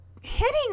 hitting